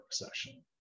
recession